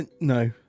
No